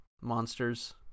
monsters